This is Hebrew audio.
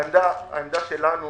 העמדה שלנו